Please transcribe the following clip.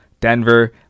Denver